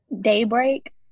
Daybreak